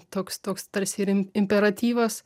toks toks tarsi ir im imperatyvas